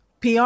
PR